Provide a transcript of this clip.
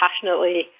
passionately